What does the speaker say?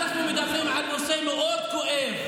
עכשיו אנחנו מדברים על נושא מאוד כואב.